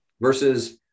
Versus